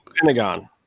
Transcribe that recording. Pentagon